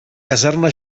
caserna